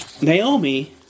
Naomi